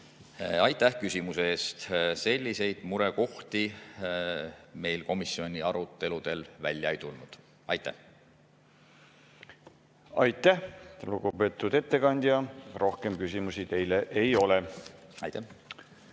Aitäh küsimuse eest! Selliseid murekohti meil komisjoni aruteludel välja ei tulnud. Aitäh, lugupeetud ettekandja! Rohkem küsimusi teile ei ole. Kas